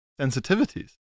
sensitivities